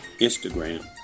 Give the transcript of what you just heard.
Instagram